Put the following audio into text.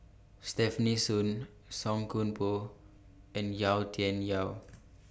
Stefanie Sun Song Koon Poh and Yau Tian Yau